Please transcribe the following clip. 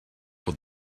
what